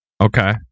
Okay